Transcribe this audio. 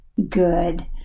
good